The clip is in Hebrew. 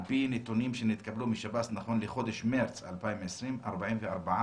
על פי נתונים שנתקבלו משב"ס נכון לחודש מרץ 2020 44%